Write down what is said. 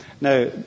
Now